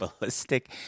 Ballistic